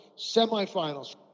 Semifinals